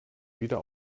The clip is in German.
wieder